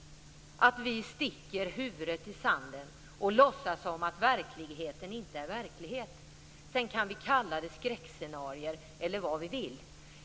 - att vi sticker huvudet i sanden och låtsas som att verkligheten inte är verklighet. Sedan kan vi kallad det för skräckscenarion eller vad vi vill.